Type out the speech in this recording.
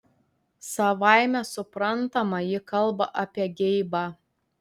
savaime suprantama ji kalba apie geibą